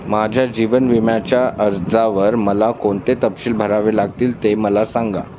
माझ्या जीवन विम्याच्या अर्जावर मला कोणते तपशील भरावे लागतील ते मला सांगा